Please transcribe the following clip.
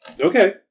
Okay